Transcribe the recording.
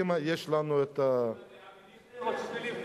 לקדימה, יש לנו, קדימה זה אבי דיכטר או ציפי לבני?